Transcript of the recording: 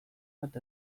bat